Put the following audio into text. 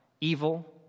evil